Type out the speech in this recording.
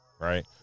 right